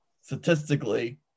Statistically